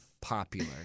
popular